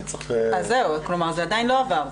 אז זהו, כלומר זה עדיין לא עבר.